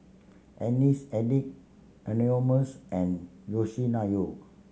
Alice Addict Anonymous and Yoshinoya